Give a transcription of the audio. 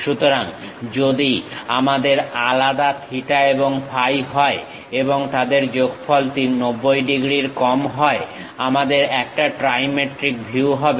সুতরাং যদি আমাদের আলাদা থিটা এবং ফাই হয় এবং তাদের যোগফল 90 ডিগ্রীর কম হয় আমাদের একটা ট্রাইমেট্রিক ভিউ হবে